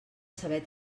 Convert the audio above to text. saber